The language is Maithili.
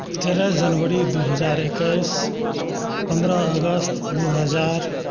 तेरह जनवरी दू हजार एकैस पन्द्रह अगस्त दू हजार